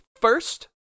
first